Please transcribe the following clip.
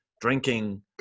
drinking